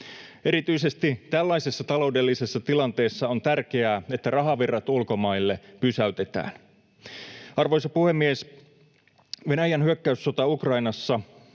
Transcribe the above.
Erityisesti tällaisessa taloudellisessa tilanteessa on tärkeää, että rahavirrat ulkomaille pysäytetään. Arvoisa puhemies! Venäjän hyökkäyssota Ukrainassa,